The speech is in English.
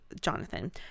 Jonathan